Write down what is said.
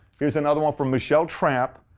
here's another one from michelle trapp.